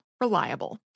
Reliable